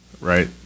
right